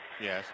Yes